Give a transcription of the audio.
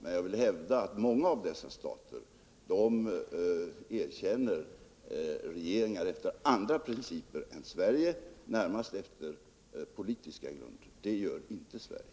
Men jag vill hävda att många av staterna erkänner regeringar efter andra principer än Sverige, närmast efter politiska grunder; det gör inte Sverige.